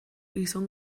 gizon